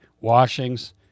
washings